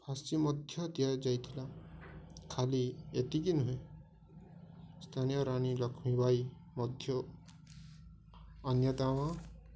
ଫାଶି ମଧ୍ୟ ଦିଆଯାଇଥିଲା ଖାଲି ଏତିକି ନୁହେଁ ସ୍ଥାନୀୟ ରାଣୀ ଲକ୍ଷ୍ମୀ ବାଇ ମଧ୍ୟ ଅନ୍ୟତମ